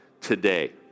today